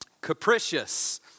Capricious